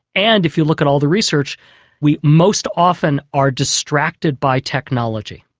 and if you look at all the research we most often are distracted by technology.